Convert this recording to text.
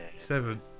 seven